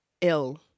ill